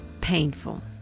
painful